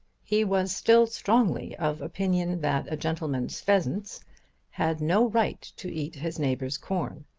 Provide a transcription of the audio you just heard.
he was still strongly of opinion that a gentleman's pheasants had no right to eat his neighbour's corn,